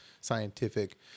scientific